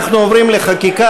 אנחנו עוברים לחקיקה.